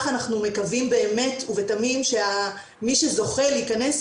אנחנו מקווים באמת ובתמים שמי שזוכה להיכנס,